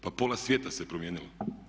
Pa pola svijeta se promijenilo.